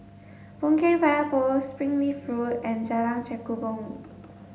Boon Keng Fire Post Springleaf Road and Jalan Kechubong